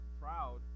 Proud